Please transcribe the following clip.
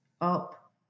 up